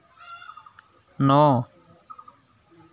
ন